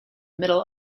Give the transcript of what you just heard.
middle